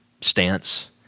stance